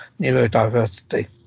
neurodiversity